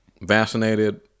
vaccinated